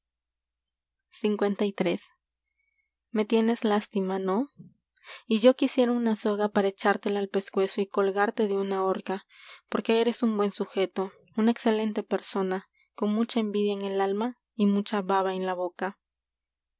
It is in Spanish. e tienes lastima no y yo r quisiera una soga echártela al pescuezo una colgarte ele horca porque eres un una buen sujeto el alma excelente persona mucha envidia en con y mucha baba en la boca